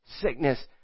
sickness